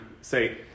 say